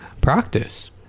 practice